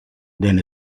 than